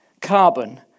Carbon